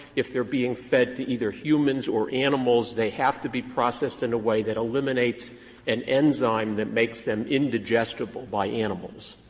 if they are being fed to either humans or animals, they have to be processed in a way that eliminates an enzyme that makes them indigestible by animals.